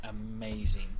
amazing